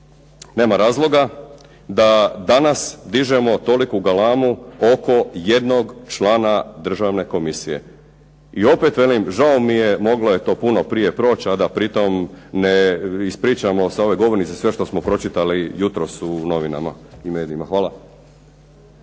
nema razloga da danas dižemo toliku galamu oko jednog člana državne komisije. I opet velim žao mi je, moglo je to puno prije proći a da pritom ne ispričamo sa ove govornice sve što smo pročitali jutros u novinama i medijima. Hvala.